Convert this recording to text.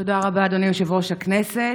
תודה רבה, אדוני יושב-ראש הכנסת.